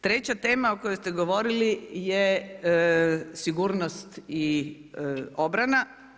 Treća tema o kojoj ste govorili je sigurnost i obrana.